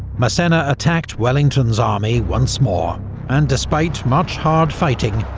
massena attacked wellington's army once more and despite much hard fighting,